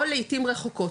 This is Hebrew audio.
או לעיתים רחוקות